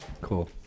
cool